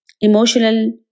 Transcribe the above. emotional